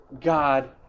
God